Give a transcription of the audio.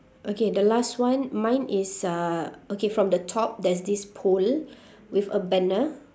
okay the last one mine is a okay from the top there's this pole with a banner